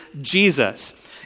Jesus